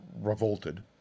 revolted